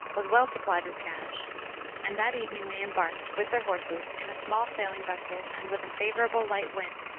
was well supplied with cash and that evening they embarked, with their horses, in a small sailing vessel, and, with a favorable, light wind,